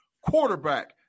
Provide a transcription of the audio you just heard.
quarterback